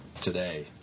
today